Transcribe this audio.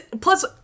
plus